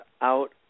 out